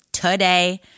Today